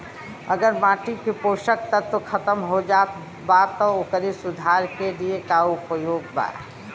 अगर माटी के पोषक तत्व खत्म हो जात बा त ओकरे सुधार के लिए का उपाय बा?